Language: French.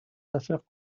affaires